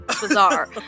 bizarre